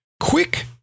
quick